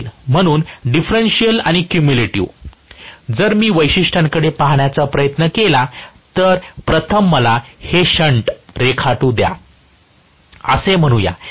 म्हणून डिफरेन्शिअल आणि कुमुलेटीव्ह जर मी वैशिष्ट्यांकडे पाहण्याचा प्रयत्न केला तर प्रथम मला हे शंट रेखाटू द्या असे म्हणूया